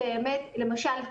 למשל,